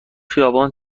خیابان